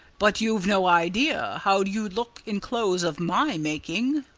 but you've no idea how you'd look in clothes of my making.